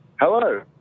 Hello